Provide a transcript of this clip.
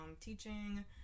teaching